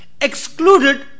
excluded